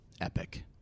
epic